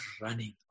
running